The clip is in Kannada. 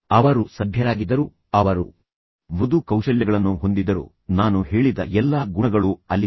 ಅವರು ಸಭ್ಯರಾಗಿದ್ದರು ಅವರು ಮೃದು ಕೌಶಲ್ಯಗಳನ್ನು ಹೊಂದಿದ್ದರು ನಾನು ಹೇಳಿದ ಎಲ್ಲಾ ಗುಣಗಳು ಅಲ್ಲಿದ್ದವು